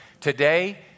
Today